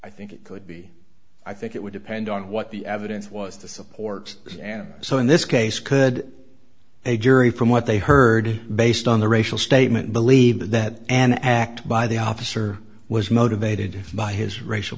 i think it could be i think it would depend on what the evidence was to support this and so in this case could a jury from what they heard based on the racial statement believe that an act by the officer was motivated by his racial